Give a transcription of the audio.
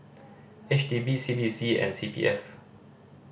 H D B C D C and C P F